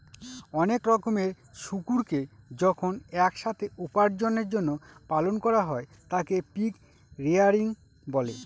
অনেক রকমের শুকুরকে যখন এক সাথে উপার্জনের জন্য পালন করা হয় তাকে পিগ রেয়ারিং বলে